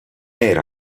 era